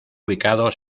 ubicado